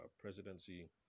presidency